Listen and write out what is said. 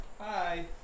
hi